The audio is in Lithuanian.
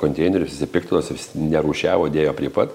konteinerius visi piktinosi visi nerūšiavo dėjo prie pat